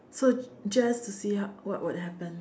so just to see how what would happen